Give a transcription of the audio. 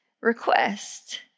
request